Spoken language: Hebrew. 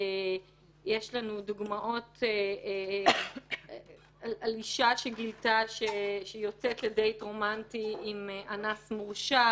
יש לנו דוגמאות על אישה שגילתה שהיא יוצאת לדייט רומנטי עם אנס מורשע,